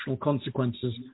consequences